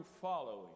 following